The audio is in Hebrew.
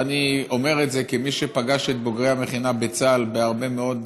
אני אומר את זה כמי שפגש את בוגרי המכינה בצה"ל בהרבה מאוד